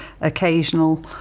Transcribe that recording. occasional